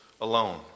alone